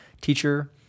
teacher